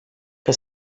que